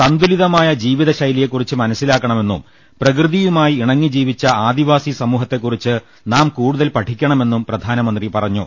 സന്തുലിതമായ ജീവിതശൈലിയെക്കുറിച്ച് മനസ്സിലാക്ക ണമെന്നും പ്രകൃതിയുമായി ഇണങ്ങി ജീവിച്ച ആദിവാസി സമൂഹത്തെക്കുറിച്ച് നാം കൂടുതൽ പഠിക്കണമെന്നും പ്രധാനമന്ത്രി പറഞ്ഞു